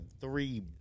three